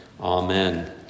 Amen